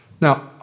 Now